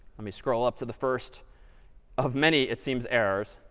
let me scroll up to the first of many it seems errors.